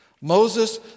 Moses